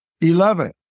Eleven